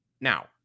now